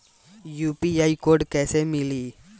UPI code कैसे मिली?